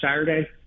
Saturday